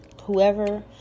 whoever